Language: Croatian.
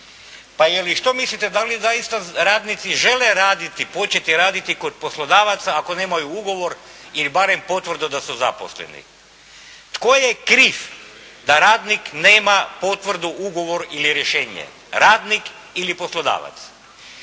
Pa je li što mislite da li zaista radnici žele raditi, početi raditi kod poslodavaca ako nemaju ugovor ili barem potvrdu da su zaposleni? Tko je kriv da radnik nema potvrdu, ugovor ili rješenje? Radnik ili poslodavac?